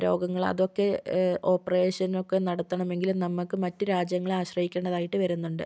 രോഗങ്ങൾ അതൊക്കെ ഓപ്പറേഷൻ ഒക്കെ നടത്തണമെങ്കിൽ നമുക്ക് മറ്റു രാജ്യങ്ങളെ ആശ്രയിക്കേണ്ടതായിട്ട് വരുന്നുണ്ട്